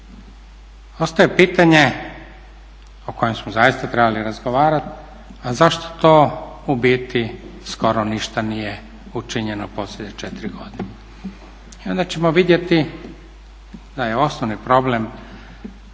Ostaje pitanje o kojem smo zaista trebali razgovarati a zašto to u biti skoro ništa nije učinjeno posljednje 4 godine. I onda ćemo vidjeti da je osnovni problem